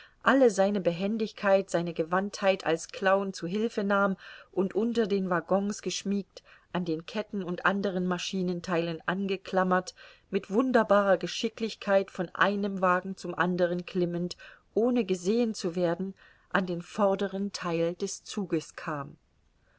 alle seine behendigkeit seine gewandtheit als clown zu hilfe nahm und unter den waggons geschmiegt an den ketten und anderen maschinentheilen angeklammert mit wunderbarer geschicklichkeit von einem wagen zum andern klimmend ohne gesehen zu werden an den vordern theil des zuges kam